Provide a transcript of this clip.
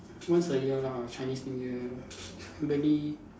once a year lah Chinese new year normally